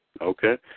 Okay